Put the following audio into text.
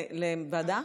פנים.